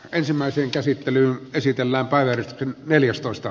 ensimmäisen käsittelyn esitellä paidan neljästoista